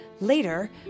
Later